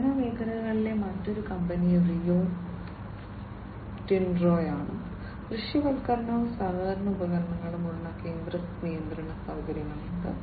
ഖനന മേഖലയിലെ മറ്റൊരു കമ്പനി റിയോ ടിന്റോയാണ് ദൃശ്യവൽക്കരണവും സഹകരണ ഉപകരണങ്ങളും ഉള്ള കേന്ദ്ര നിയന്ത്രണ സൌകര്യമുണ്ട്